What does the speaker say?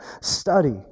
study